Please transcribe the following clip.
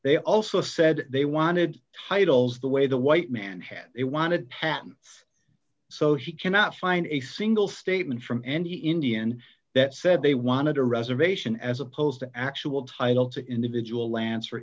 they also said they wanted titles the way the white man had it wanted patton so he cannot find a single statement from any indian that said they wanted a reservation as opposed to actual title to individual lands for